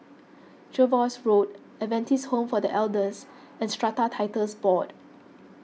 Jervois Road Adventist Home for the Elders and Strata Titles Board